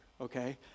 okay